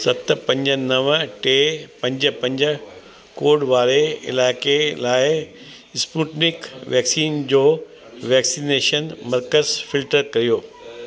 सत पंज नव टे पंज पंज कोड वारे इलाइक़े लाइ स्पूतनिक वैक्सीन जो वैक्सनेशन मर्कज़ फिल्टर करियो